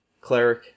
Cleric